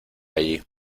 allí